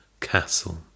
castle